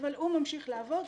אבל הוא ממשיך לעבוד,